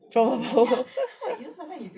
from her bowl